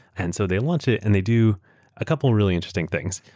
and so they launched it and they do a couple of really interesting things.